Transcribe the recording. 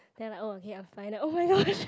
then like oh okay I'm fine like oh-my-gosh